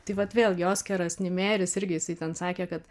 taip vat vėlgi oskaras nimejeris irgi jisai ten sakė kad